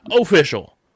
official